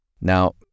Now